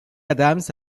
adams